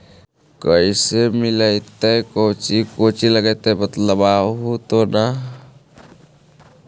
कैसे मिलतय कौची कौची लगतय बतैबहू तो न?